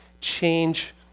change